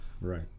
Right